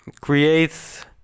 create